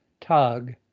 tug